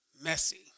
Messy